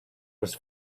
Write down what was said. was